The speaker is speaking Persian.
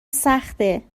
سخته